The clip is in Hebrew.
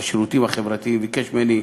והשירותים החברתיים ביקש ממני,